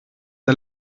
der